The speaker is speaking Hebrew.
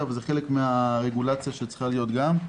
וזה חלק מהרגולציה שצריכה להיות גם.